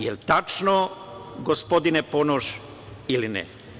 Je li tačno, gospodine Ponoš, ili ne?